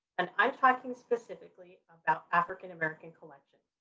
and i'm talking specifically about african-american collections.